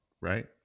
right